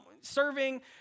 serving